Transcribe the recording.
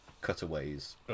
cutaways